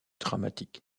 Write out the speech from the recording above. dramatique